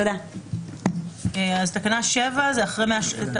7.חלק ד',